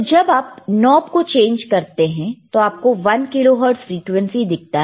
तो जब आप नॉब को चेंज करते हैं तो आप को 1 किलोहर्टज फ्रीक्वेंसी दिखता है